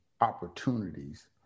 opportunities